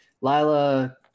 Lila